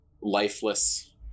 lifeless